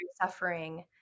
suffering